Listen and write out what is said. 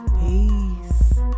Peace